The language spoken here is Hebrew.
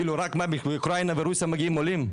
כאילו רק מאוקראינה ורוסיה מגיעים עולים,